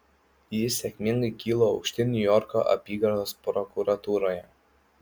ji sėkmingai kilo aukštyn niujorko apygardos prokuratūroje